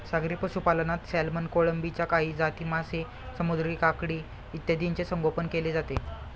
सागरी पशुपालनात सॅल्मन, कोळंबीच्या काही जाती, मासे, समुद्री काकडी इत्यादींचे संगोपन केले जाते